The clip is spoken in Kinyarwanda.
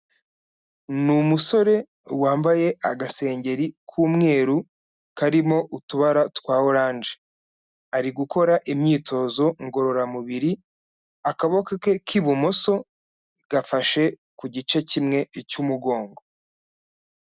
Ni umusore wambaye agasengeri k'umweru karimo utubara twa oranje, ari gukora imyitozo ngororamubiri, akaboko ke k'ibumoso gafashe ku gice kimwe cy'umugongo.